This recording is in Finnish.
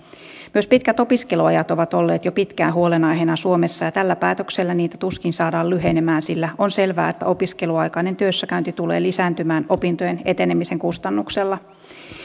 myös pitkät opiskeluajat ovat olleet jo pitkään huolenaiheena suomessa ja tällä päätöksellä niitä tuskin saadaan lyhenemään sillä on selvää että opiskeluaikainen työssäkäynti tulee lisääntymään opintojen etenemisen kustannuksella